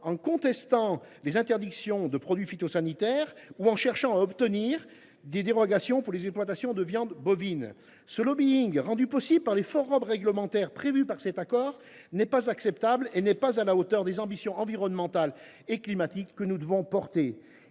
en contestant l’interdiction de certains produits phytosanitaires ou en cherchant à obtenir des dérogations pour l’exportation de viande bovine. Ce lobbying, rendu possible par les forums réglementaires prévus par l’accord, n’est pas acceptable et n’est pas à la hauteur des ambitions environnementales et climatiques que nous devons défendre.